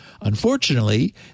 Unfortunately